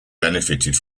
benefited